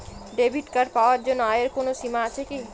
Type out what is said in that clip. Debit card পাওয়ার জন্য আয়ের কোনো সীমা আছে কি?